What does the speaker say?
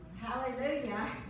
Hallelujah